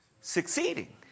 succeeding